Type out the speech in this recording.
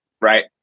right